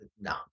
No